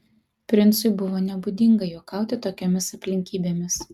princui buvo nebūdinga juokauti tokiomis aplinkybėmis